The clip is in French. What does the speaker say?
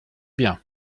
bien